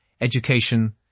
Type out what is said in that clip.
education